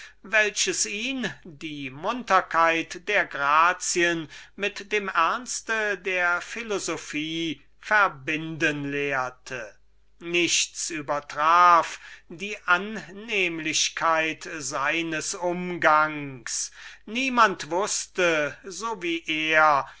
welches ihn die munterkeit der grazien mit der severität der philosophie auf eben diese unnachahmliche art verbinden lehrte die ihm den neid aller philosophischen mäntel und bärte seiner zeit auf den hals zog nichts übertraf die annehmlichkeit seines umgangs niemand wußte so gut wie er